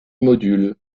module